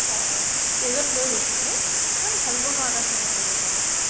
অঁ ষ্টেজত লৈ গৈছেগৈ মানে ভাবিব নোৱাৰোঁ এটা ষ্টেজত লৈ গৈছেগৈ